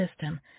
system